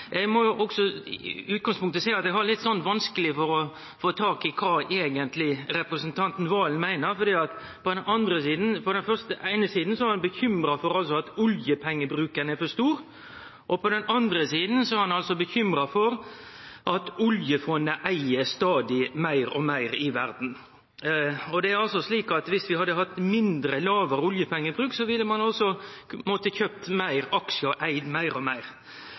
Eg må i utgangspunktet seie at eg har litt vanskeleg for å få tak i kva representanten Serigstad Valen eigentleg meiner, for på den eine sida er han bekymra for at oljepengebruken er for stor, og på den andre sida er han bekymra for at oljefondet eig stadig meir og meir i verda. Det er slik at om vi hadde hatt lågare oljepengebruk, ville ein måtte ha kjøpt fleire aksjar og eigd meir og meir.